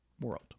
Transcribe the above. world